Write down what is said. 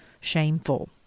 shameful